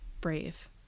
brave